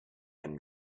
and